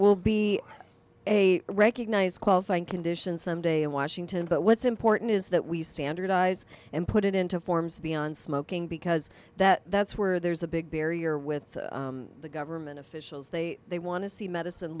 will be a recognized qualifying condition some day in washington but what's important is that we standardize and put it into forms beyond smoking because that that's where there's a big barrier with the government officials they they want to see medicine